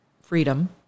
freedom